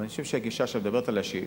אבל אני חושב שהגישה שאת מדברת עליה,